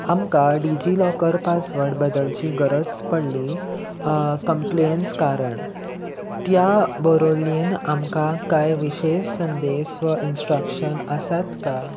आमकां DigiLocker password बदलची गरज पडली कंप्लेन्स कारण त्या बरोल्लीन आमकां कांय विशेश संदेश वा इन्स्ट्रक्शन आसात कांय